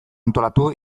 antolatu